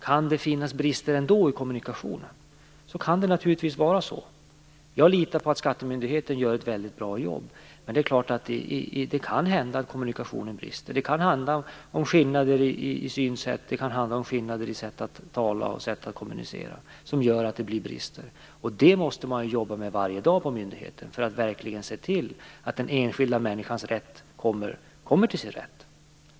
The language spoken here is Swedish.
Kan det ändå finnas brister i kommunikationen? Det kan naturligtvis vara så. Jag litar på att skattemyndigheten gör ett väldigt bra jobb, men det är klart att det kan hända att kommunikationen brister. Det kan handla om skillnader i synsätt. Det kan handla om skillnader i sätt att tala och kommunicera som gör att det blir brister. Det måste man jobba med varje dag på myndigheten. Man måste verkligen se till att den enskilda människans rätt kommer till sin rätt.